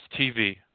TV